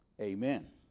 Amen